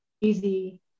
easy